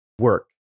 work